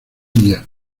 villa